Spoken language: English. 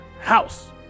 house